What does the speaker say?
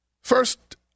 First